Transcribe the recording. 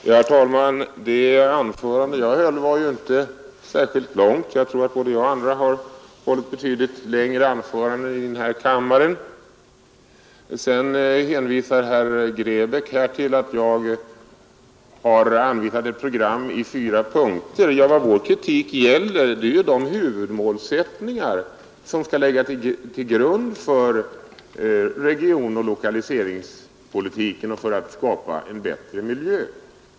Herr talman! Det anförande jag höll var inte särskilt långt — jag tror att både jag och andra har hållit betydligt längre anföranden här i kammaren. Herr Grebäck hänvisar till att jag har anvisat ett program i fyra punkter. Vad vår kritik gäller är de huvudmålsättningar som skall ligga till grund för regionoch lokäliseringspolitiken och för att skapa en bättre miljö.